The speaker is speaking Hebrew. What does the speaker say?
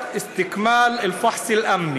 אתה מתבקש לא לנעול את התיקים שלך באמצעות מנעול אבטחה,